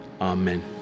Amen